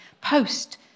post